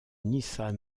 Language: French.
nissan